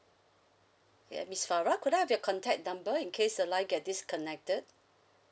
ya miss farah could I have your contact number in case the line get disconnected